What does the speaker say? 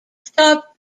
stop